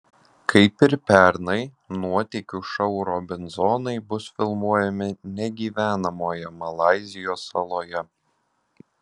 kaip ir pernai nuotykių šou robinzonai bus filmuojami negyvenamoje malaizijos saloje